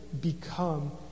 become